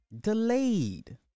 Delayed